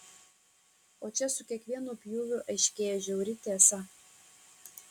o čia su kiekvienu pjūviu aiškėja žiauri tiesa